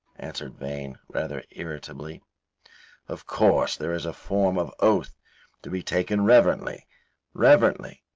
answered vane, rather irritably of course there is a form of oath to be taken reverently reverently,